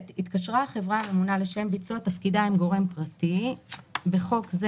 "(ב)התקשרה החברה הממונה לשם ביצוע תפקידה עם גורם פרטי (בחוק זה,